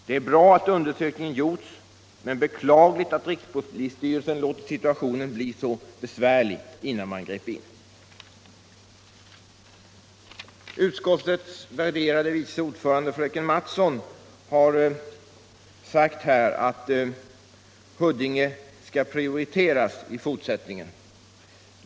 Det är bra att undersökningen gjorts men beklagligt att rikspolisstyrelsen låtit situationen bli så besvärlig innan man grep in. Utskottets värderade vice ordförande fröken Mattson har sagt här att Huddinge skall prioriteras i fortsättningen.